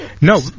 No